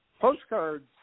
postcards